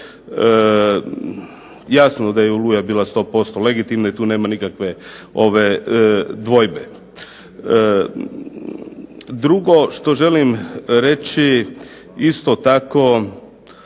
Jasno da je "Oluja" bila 100% legitimna i tu nema nikakve dvojbe. Drugo što želim reći isto tako